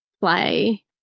play